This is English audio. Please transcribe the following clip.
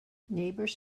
neighbors